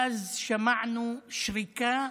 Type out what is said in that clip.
ואז שמענו שריקה